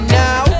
now